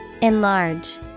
Enlarge